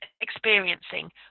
experiencing